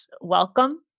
welcome